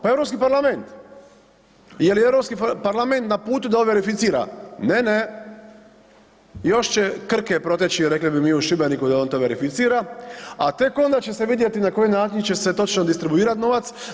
Pa Europski parlament jer je Europski parlament na putu da ovdje verificira, ne, ne još će Krke proteći, rekli bi mi u Šibeniku, da on to verificira, a tek onda će se vidjeti na koji način će se točno distribuirat novac.